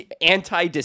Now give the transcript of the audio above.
anti